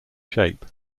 shape